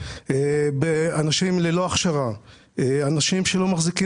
שמאופיין באנשים ללא הכשרה שלא מחזיקים